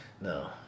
No